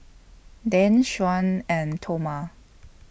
Dan Shyann and Toma